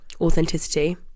authenticity